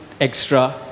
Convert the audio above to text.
extra